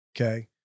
Okay